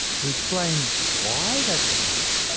to explain why that's the case,